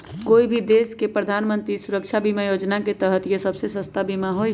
कोई भी देश के प्रधानमंत्री सुरक्षा बीमा योजना के तहत यह सबसे सस्ता बीमा हई